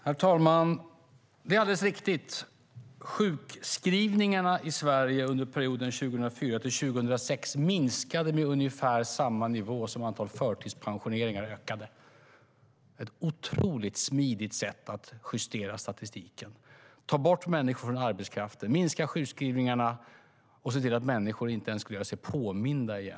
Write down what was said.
Herr talman! Det är alldeles riktigt: Sjukskrivningarna i Sverige under perioden 2004-2006 minskade med ungefär samma antal som förtidspensioneringarna ökade med - ett otroligt smidigt sätt att justera statistiken, ta bort människor från arbetskraften, minska sjukskrivningarna och se till att människor inte ens skulle göra sig påminda igen.